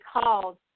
called